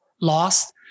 lost